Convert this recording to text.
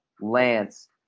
Lance